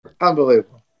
Unbelievable